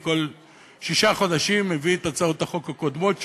כל שישה חודשים אני מביא את הצעות החוק הקודמות שלי.